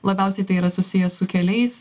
labiausiai tai yra susiję su keliais